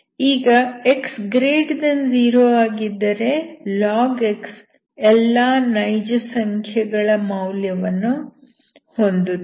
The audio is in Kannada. ಈಗ x0 ಆಗಿದ್ದರೆ log x ಎಲ್ಲಾ ನೈಜ ಸಂಖ್ಯೆಗಳ ಮೌಲ್ಯಗಳನ್ನು ಹೊಂದುತ್ತದೆ